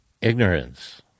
ignorance